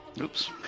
Oops